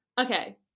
Okay